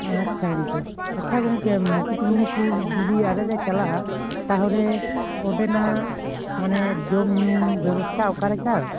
ᱟᱪᱪᱷᱟ ᱜᱚᱝᱠᱮ ᱟᱪᱪᱷᱟ ᱜᱚᱝᱠᱮ ᱢᱩᱠᱩᱴᱢᱩᱱᱤᱯᱩᱨ ᱡᱩᱫᱤ ᱟᱞᱮᱞᱮ ᱪᱟᱞᱟᱜᱼᱟ ᱛᱟᱦᱚᱞᱮ ᱚᱸᱰᱮᱱᱟᱜ ᱢᱟᱱᱮ ᱡᱚᱢ ᱧᱩ ᱵᱮᱵᱚᱥᱛᱷᱟ ᱚᱠᱟᱞᱮᱠᱟ